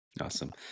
Awesome